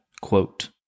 Quote